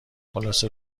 خلاصه